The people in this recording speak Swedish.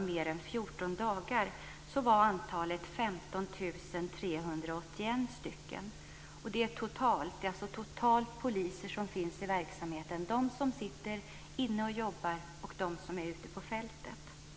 mer än 14 dagar, var antalet 15 381. Det är det totala antalet poliser som finns i verksamheten, de som sitter inne och jobbar och de som är ute på fältet.